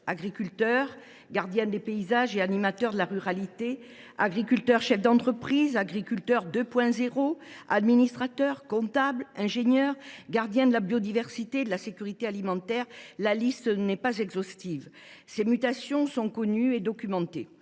agriculteurs gardiens des paysages et animateurs de la ruralité, agriculteurs chefs d’entreprise, agriculteurs 2.0, administrateurs, comptables, ingénieurs, gardiens de la biodiversité et de la sécurité alimentaire : la liste n’est pas exhaustive. Ces mutations sont connues et documentées.